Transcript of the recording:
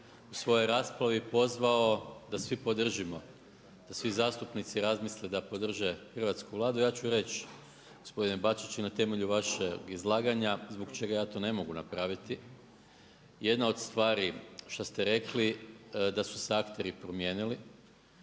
u svojoj raspravi pozvao da svi podržimo, da svi zastupnici razmisle da podrže hrvatsku Vladu. Ja ću reći gospodine Bačić i na temelju vašeg izlaganja zbog čega ja to ne mogu napraviti. Jedna od stvari što ste rekli da su se akteri promijenili.